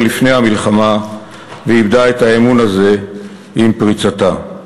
לפני המלחמה ואיבדה את האמון הזה עם פריצתה.